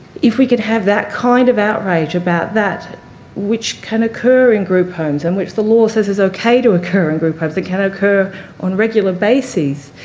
if we could have that kind of outrage about that which can occur in group homes and which the law says is okay to occur in group homes, it can occur on regular bases,